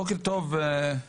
בוקר טוב לכולם,